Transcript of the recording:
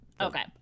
Okay